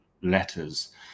letters